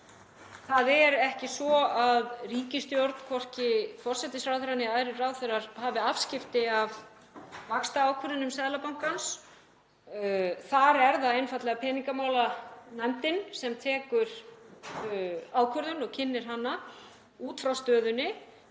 Það er ekki svo að ríkisstjórn, hvorki forsætisráðherra né aðrir ráðherrar, hafi afskipti af vaxtaákvörðunum Seðlabankans. Þar er það einfaldlega peningamálanefndin sem tekur ákvörðun og kynnir hana út frá stöðunni.